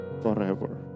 forever